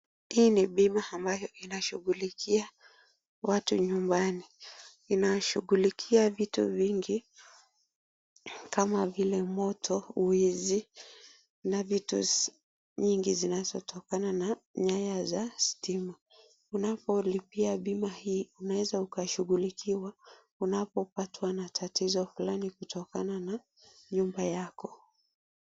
Hii ni bima ambayo inashughulikia watu nyumbani. Inashughulikia vitu vingi kama vile moto, wizi na vitu nyingi zinazotokana na nyaya za stima. Unapolipa bima hii unaweza ukashughulikiwa unapo patwa na tatizo fulani kutokana na nyumba yako.